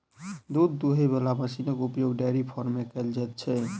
दूध दूहय बला मशीनक उपयोग डेयरी फार्म मे कयल जाइत छै